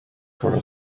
for